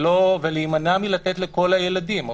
ולהימנע מלתת לכל הילדים.